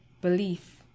belief